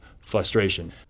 frustration